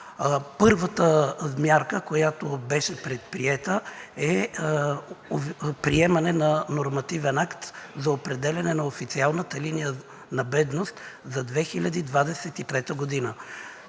Първата мярка, която беше предприета, е приемане на нормативен акт за определяне на официалната линия на бедност за 2023 г.